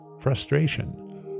Frustration